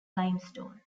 limestone